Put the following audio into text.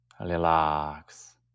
relax